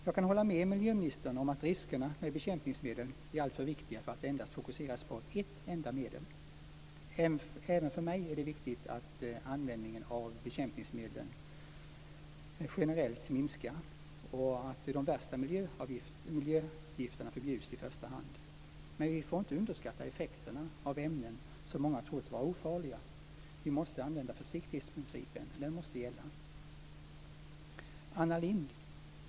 Jag kan hålla med miljöministern om att riskerna med bekämpningsmedel är alltför viktiga för att endast fokuseras på ett enda medel. Även för mig är det viktigt att användningen av bekämpningsmedel generellt minskar och att de värsta miljögifterna förbjuds i första hand, men vi får inte underskatta effekterna av ämnen som många trott vara ofarliga. Försiktigshetsprincipen måste gälla.